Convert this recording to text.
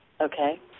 Okay